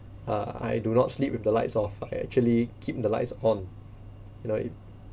uh I do not sleep with the lights off I actually keep the lights on you know it